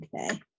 Okay